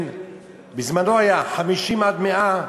אז היו 50 100,